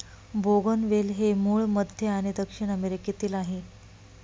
बोगनवेल हे मूळ मध्य आणि दक्षिण अमेरिकेतील आहे